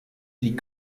die